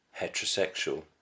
heterosexual